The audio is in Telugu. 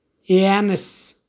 ఏయామెస్